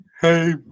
Hey